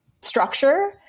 structure